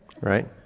Right